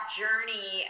journey